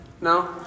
No